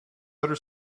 outer